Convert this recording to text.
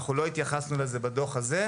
אנחנו לא התייחסנו לזה בדוח הזה,